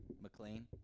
McLean